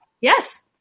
Yes